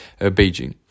Beijing